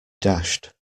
dashed